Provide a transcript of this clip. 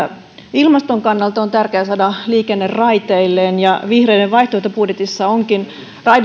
ilmaston kannalta on tärkeää saada liikenne raiteilleen ja vihreiden vaihtoehtobudjetissa onkin